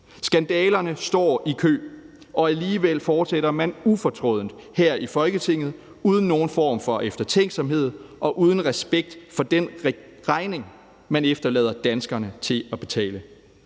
Skandalerne står i kø, og alligevel fortsætter man ufortrødent her i Folketinget uden nogen form for eftertænksomhed og uden tanke for den regning, man efterlader danskerne til at betale.